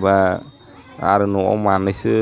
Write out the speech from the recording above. बा आरो न'वाव मानैसो